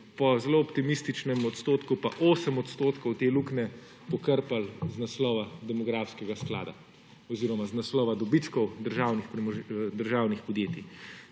po zelo optimističnem odstotku pa 8 % te luknje pokrpali iz naslova demografskega sklada oziroma iz naslova dobičkov državnih podjetij,